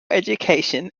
education